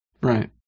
Right